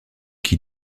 qui